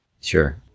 Sure